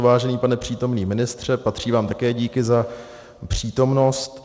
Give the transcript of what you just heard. Vážený pane přítomný ministře, patří vám také díky za přítomnost.